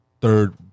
third